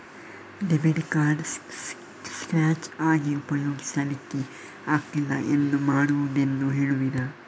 Debit card scratch ಆಗಿ ಉಪಯೋಗಿಸಲ್ಲಿಕ್ಕೆ ಆಗ್ತಿಲ್ಲ, ಎಂತ ಮಾಡುದೆಂದು ಹೇಳುವಿರಾ?